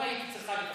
לא היית צריכה להתערב,